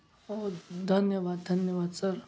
हो धन्यवाद धन्यवाद सर